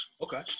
Okay